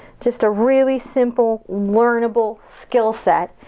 just a really simple, learnable skill set.